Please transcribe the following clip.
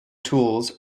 tools